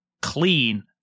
clean